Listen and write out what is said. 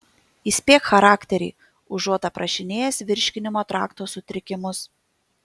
įspėk charakterį užuot aprašinėjęs virškinimo trakto sutrikimus